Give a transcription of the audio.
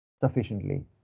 Sufficiently